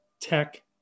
tech